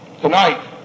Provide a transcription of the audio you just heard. Tonight